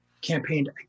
campaigned